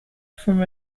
from